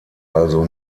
also